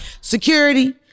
Security